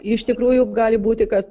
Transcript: iš tikrųjų gali būti kad